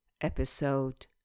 episode